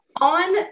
on